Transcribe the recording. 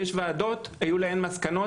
היו ועדות שהגישו מסקנות,